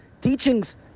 teachings